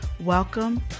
Welcome